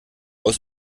aus